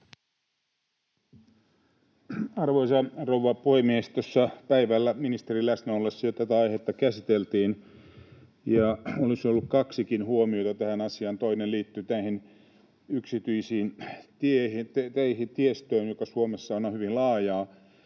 Arvoisa rouva puhemies! Tuossa päivällä ministerin läsnä ollessa tätä aihetta jo käsiteltiin, ja olisi ollut kaksikin huomiota tähän asiaan: Toinen liittyy näihin yksityisiin teihin, tiestöön, joka Suomessa on hyvin laajaa,